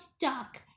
duck